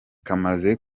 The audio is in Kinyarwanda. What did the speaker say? kamaze